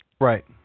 Right